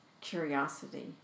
curiosity